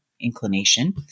inclination